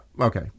okay